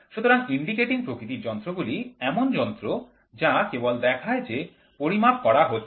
সুতরাং ইন্ডিকেটিং প্রকৃতির যন্ত্রগুলি এমন যন্ত্র যা কেবল দেখায় যে পরিমাপ করা হচ্ছে